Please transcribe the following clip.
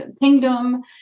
kingdom